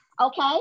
okay